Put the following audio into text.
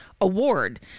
award